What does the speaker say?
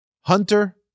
hunter